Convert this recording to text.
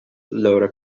laura